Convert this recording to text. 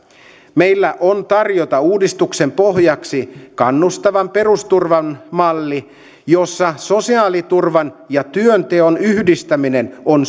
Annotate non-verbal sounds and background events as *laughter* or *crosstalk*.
meillä on tarjota uudistuksen pohjaksi kannustavan perusturvan malli jossa sosiaaliturvan ja työnteon yhdistäminen on *unintelligible*